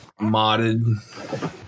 modded